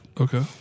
Okay